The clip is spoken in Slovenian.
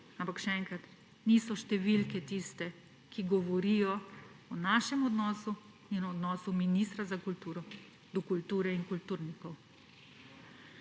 ampak še enkrat, niso številke tiste, ki govorijo o našem odnosu in o odnosu ministra za kulturo do kulture in kulturnikov.